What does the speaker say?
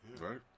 Right